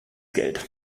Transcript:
geld